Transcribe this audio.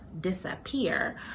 disappear